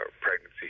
pregnancy